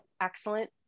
excellent